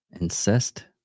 Incest